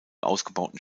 ausgebauten